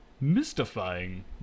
mystifying